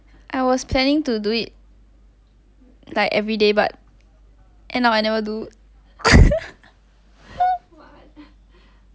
I was planning to do it like everyday but end up I never do